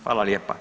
Hvala lijepa.